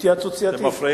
סיעת קדימה, התייעצות סיעתית.